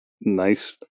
nice